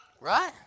Right